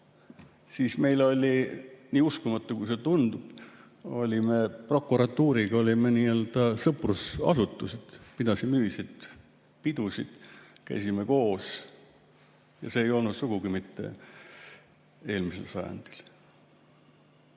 siis me olime, nii uskumatu kui see tundub, prokuratuuriga nii-öelda sõprusasutused, pidasime ühiseid pidusid, käisime koos. See ei olnud sugugi mitte eelmisel sajandil.